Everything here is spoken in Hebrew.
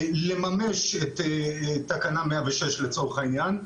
לממש את תקנה 106 לצורך העניין.